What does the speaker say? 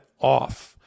off